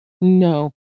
no